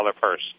purse